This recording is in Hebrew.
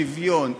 שוויון,